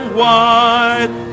wide